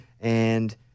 And-